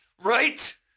Right